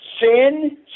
Sin